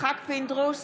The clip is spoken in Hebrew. יצחק פינדרוס,